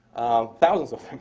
thousands of